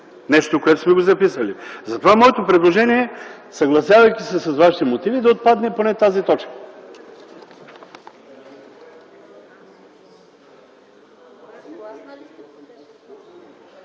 Нещо, което сме го записали. Затова моето предложение, е съгласявайки се с вашите мотиви да отпадне поне тази точка.